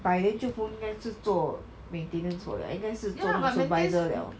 by then 就不应该是做 maintenance work liao 应该是做 supervisor liao